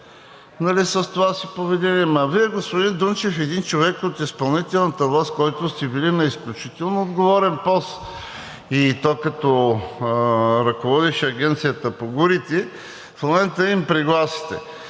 хората с това си поведение, но Вие, господин Дунчев – един човек от изпълнителната власт, който сте били на изключително отговорен пост, и то като ръководещ Агенцията по горите, в момента им пригласяте.